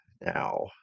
now